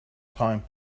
time